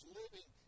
living